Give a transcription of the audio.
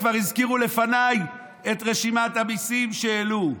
וכבר הזכירו לפניי את רשימת המיסים שהעלו.